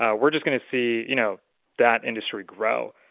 ah we're just going to see you know that industry grow.